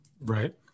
right